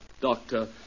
Doctor